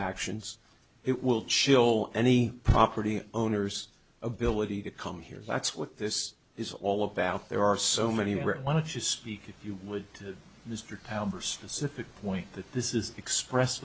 actions it will chill any property owners ability to come here that's what this is all about there are so many really want to speak if you would mr pounder specific point that this is express